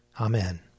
Amen